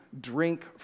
drink